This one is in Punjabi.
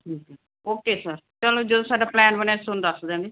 ਠੀਕ ਹੈ ਓਕੇ ਸਰ ਚਲੋ ਜਦੋਂ ਸਾਡਾ ਪਲੈਨ ਬਣਿਆ ਅਸੀਂ ਤੁਹਾਨੂੰ ਦੱਸ ਦਵਾਂਗੇ